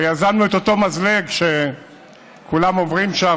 הרי יזמנו את אותו מזלג שכולם עוברים בו,